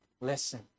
listen